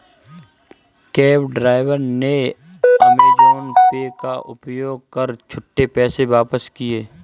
cab driver ने Amazon Pay का प्रयोग कर छुट्टे पैसे वापस किए